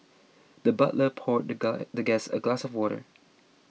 the butler poured the the guest a glass of water